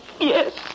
Yes